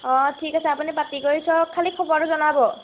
অঁ ঠিক আছে আপুনি পাতি কৰি চাওক খালি খবৰটো জনাব